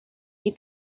you